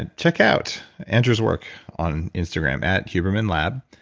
and check out andrew's work on instagram at huberman lab.